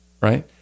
right